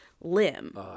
limb